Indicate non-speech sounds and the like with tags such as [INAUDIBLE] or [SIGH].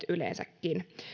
[UNINTELLIGIBLE] yleensäkin